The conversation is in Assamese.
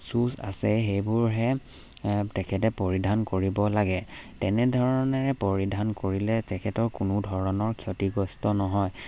শ্বুজ আছে সেইবোৰহে তেখেতে পৰিধান কৰিব লাগে তেনেধৰণেৰে পৰিধান কৰিলে তেখেতৰ কোনো ধৰণৰ ক্ষতিগ্ৰস্ত নহয়